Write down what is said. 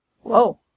Whoa